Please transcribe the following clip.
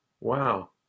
Wow